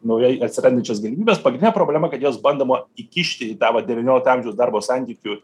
naujai atsirandančias galimybes pagrindinė problema kad jas bandoma įkišti į tą vat devyniolikto amžiaus darbo santykių